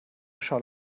schall